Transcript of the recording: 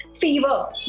fever